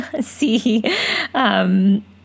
see